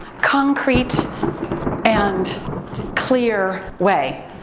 concrete and clear way.